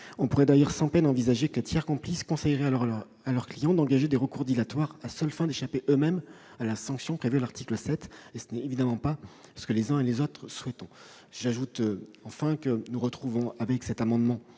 On pourrait d'ailleurs sans peine envisager que des tiers complices conseillent à leurs clients d'engager des recours dilatoires, à seule fin d'échapper eux-mêmes à la sanction prévue à l'article 7. Ce n'est évidemment pas ce que nous souhaitons, les uns et les autres. Enfin, cet amendement,